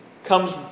comes